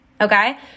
Okay